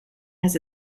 has